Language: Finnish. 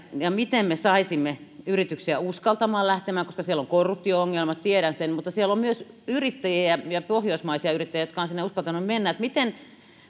miten me saisimme yrityksiä uskaltamaan lähtemään koska siellä on korruptio ongelmia tiedän sen mutta siellä on myös yrittäjiä ja pohjoismaisia yrittäjiä jotka ovat sinne uskaltaneet mennä miten